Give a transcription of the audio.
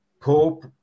Pope